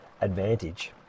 advantage